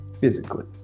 Physically